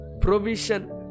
provision